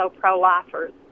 pro-lifers